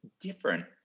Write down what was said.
different